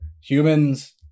humans